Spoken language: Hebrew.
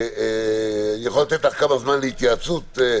אני יכול לתת לך זמן להתייעצויות,